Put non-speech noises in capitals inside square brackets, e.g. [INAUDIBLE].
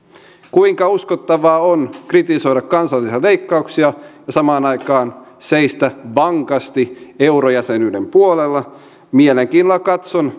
kuinka uskottavaa on kritisoida kansallisia leikkauksia ja samaan aikaan seistä vankasti eurojäsenyyden puolella mielenkiinnolla katson [UNINTELLIGIBLE]